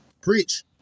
Preach